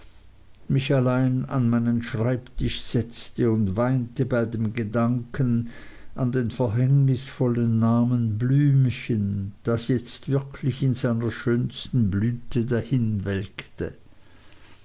mich allein an meinen schreibtisch setzte und weinte bei dem gedanken an den verhängnisvollen namen blümchen das jetzt wirklich in seiner schönsten blüte